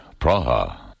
Praha